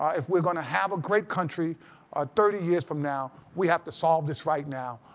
if we're going to have a great country ah thirty years from now, we have to solve this right now.